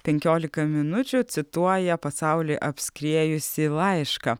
penkiolika minučių cituoja pasaulį apskriejusį laišką